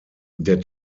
der